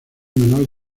menor